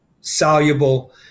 soluble